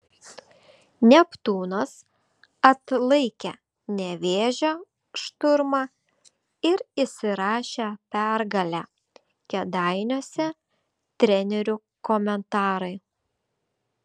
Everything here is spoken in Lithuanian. neptūnas atlaikė nevėžio šturmą ir įsirašė pergalę kėdainiuose trenerių komentarai